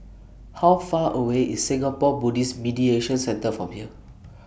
How Far away IS Singapore Buddhist Meditation Centre from here